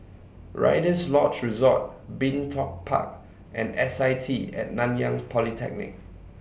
Rider's Lodge Resort Bin Tong Park and S I T At Nanyang Polytechnic